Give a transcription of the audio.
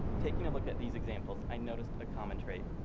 taking a look at these examples i noticed a common trait.